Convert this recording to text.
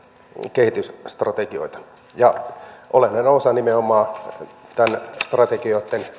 kehitysstrategioita ja olennainen osa nimenomaan näiden strategioitten